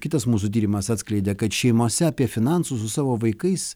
kitas mūsų tyrimas atskleidė kad šeimose apie finansus su savo vaikais